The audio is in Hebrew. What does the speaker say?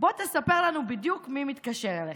בוא תספר לנו בדיוק מי מתקשר אליך.